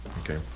Okay